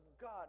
God